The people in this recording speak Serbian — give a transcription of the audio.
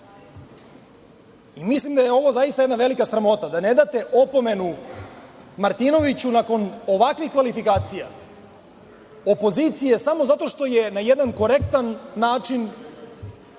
Mislim da je ovo zaista jedna velika sramota, da ne date opomenu Martinoviću, nakon ovakvih kvalifikacija opozicije, samo zato što je na jedan vrlo korektan način